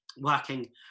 working